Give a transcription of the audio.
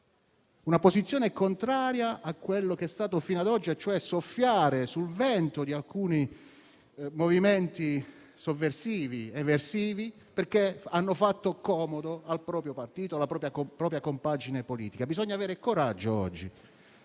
una posizione contraria a quello che è stato fino ad oggi, soffiando sul vento di alcuni movimenti sovversivi ed eversivi perché facevano comodo al proprio partito e alla propria compagine politica. Bisogna avere coraggio oggi.